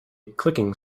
clicking